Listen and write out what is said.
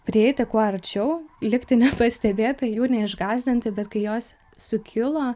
prieiti kuo arčiau likti nepastebėta jų neišgąsdinti bet kai jos sukilo